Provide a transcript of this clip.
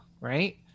right